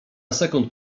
sekund